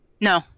no